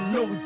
no